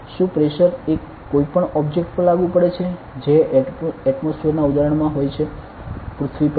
શું પ્રેશર એ કોઈપણ ઓબ્જેક્ટ પર લાગુ પડે છે જે એટમોસફીયરના ઉદાહરણમાં હોય છે પૃથ્વી પર